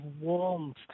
warmth